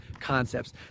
concepts